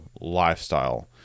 lifestyle